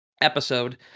episode